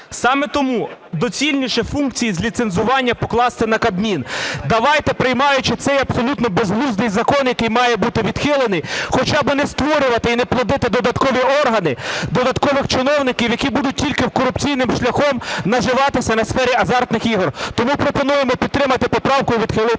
саме тому доцільніше функції з ліцензування покласти на Кабмін. Давайте, приймаючи цей, абсолютно безглуздий, закон, який має бути відхилений, хоча б не створювати і не плодити додаткові органи, додаткових чиновників, які будуть тільки корупційним шляхом наживатися на сфері азартних ігор, тому пропонуємо підтримати поправку і відхилити закон.